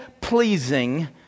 pleasing